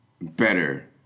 better